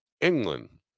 England